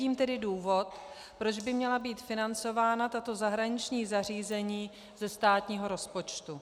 Nevidím tedy důvod, proč by měla být financována tato zahraniční zařízení ze státního rozpočtu.